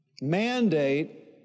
Mandate